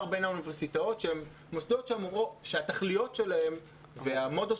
בין האוניברסיטאות שהן מוסדות שהתכליות שלהם והמודוס